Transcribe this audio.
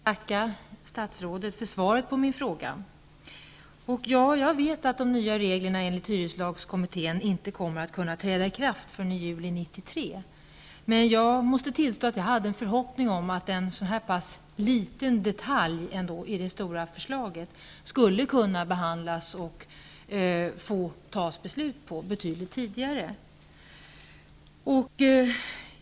Herr talman! Jag vill tacka statsrådet för svaret på min fråga. Jag vet att de nya regler som hyreslagskommittén föreslagit inte kommer att kunna träda i kraft förrän den 1 juli 1993, men jag måste tillstå att jag hade en förhoppning om att en så pass liten detalj i det stora förslaget som den jag har tagit upp ändå skulle kunna behandlas och bli föremål för beslut betydligt tidigare.